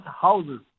houses